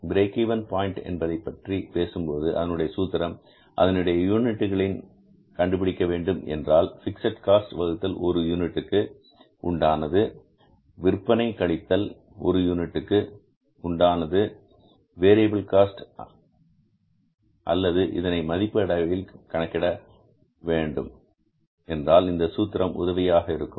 break even point என்பதை பற்றி பேசும் போது அதனுடைய சூத்திரம் அதனை யூனிட்டுகளில் கண்டுபிடிக்க வேண்டும் என்றால் பிக்ஸட் காஸ்ட் வகுத்தல் ஒரு யூனிட்டுக்கு உண்டான விற்பனை விலை கழித்தல் ஒரு யூனிட்டுக்கு உண்டான வேரியபில் காஸ்ட் அல்லது இதனை மதிப்பு அடிப்படையில் கணக்கிட வேண்டும் என்றால் இந்த சூத்திரம் உதவியாக இருக்கும்